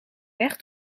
weg